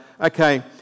okay